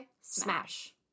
Smash